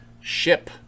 ship